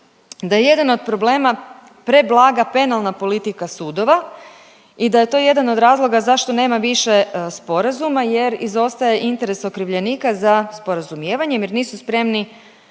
da je jedan od problema preblaga penalna politika sudova i da je to jedan od razloga zašto nema više sporazuma jer izostaje interes okrivljenika za sporazumijevanjem jer nisu spremni